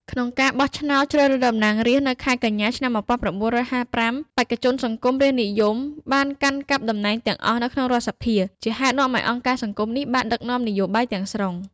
ក្នុងការបោះឆ្នោតជ្រើសរើសតំណាងរាស្ត្រនៅខែកញ្ញា ឆ្នាំ ១៩៥៥ បេក្ខជនសង្គមរាស្ត្រនិយមបានកាន់កាប់តំណែងទាំងអស់នៅក្នុងរដ្ឋសភា ជាហេតុនាំឱ្យអង្គការសង្គមនេះបានដឹកនាំនយោបាយទាំងស្រុង។